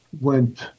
went